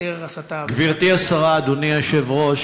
כמו שיש יותר הסתה, גברתי השרה, אדוני היושב-ראש,